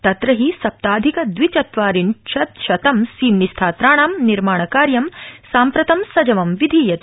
तत्र हि सप्ताधिक दवि चत्वारिंशत्शतं सीम्नि स्थात्राणां निर्माणकार्य साम्प्रतं सजवं विधीयते